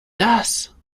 das